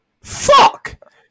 fuck